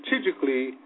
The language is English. strategically